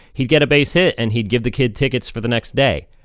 he'd get a base hit and he'd give the kid tickets for the next day,